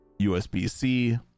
USB-C